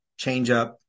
changeup